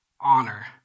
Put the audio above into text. honor